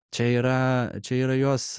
čia yra čia yra jos